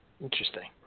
Interesting